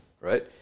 Right